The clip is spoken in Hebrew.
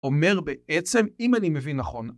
‫אומר בעצם, אם אני מבין נכון.